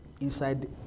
inside